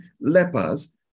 lepers